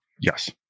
Yes